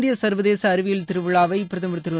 இந்திய சர்வதேச அறிவியல் திருவிழா வை பிரதமர் திரு